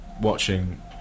watching